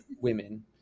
women